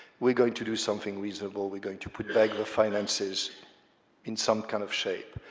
we're going to do something reasonable, we're going to put back the finances in some kind of shape,